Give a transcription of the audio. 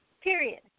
Period